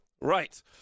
right